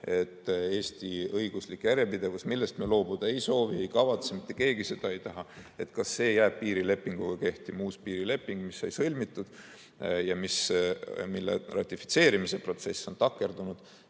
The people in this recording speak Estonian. et Eesti õiguslik järjepidevus, millest me loobuda ei soovi ega kavatse, seda mitte keegi ei taha, jääb piirilepinguga kehtima. Uus piirileping, mis sai sõlmitud ja mille ratifitseerimise protsess on takerdunud,